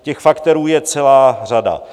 Těch faktorů je celá řada.